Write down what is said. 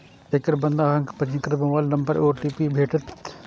एकर बाद अहांक पंजीकृत मोबाइल नंबर पर ओ.टी.पी भेटत